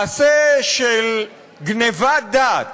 מעשה של גנבת דעת,